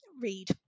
read